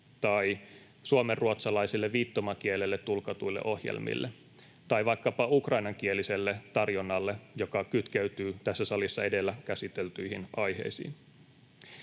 tai suomenruotsalaiselle viittomakielelle tulkatuille ohjelmille tai vaikkapa ukrainankieliselle tarjonnalle, joka kytkeytyy tässä salissa edellä käsiteltyihin aiheisiin?